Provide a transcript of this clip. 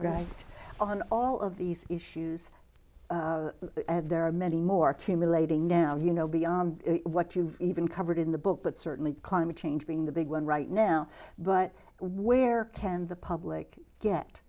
right on all of these issues there are many more cumulating now you know beyond what you've even covered in the book but certainly climate change being the big one right now but where can the public get